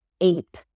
ape